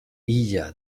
illa